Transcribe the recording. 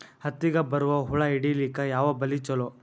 ಹತ್ತಿಗ ಬರುವ ಹುಳ ಹಿಡೀಲಿಕ ಯಾವ ಬಲಿ ಚಲೋ?